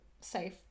safe